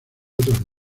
otros